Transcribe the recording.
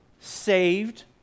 Saved